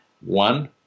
one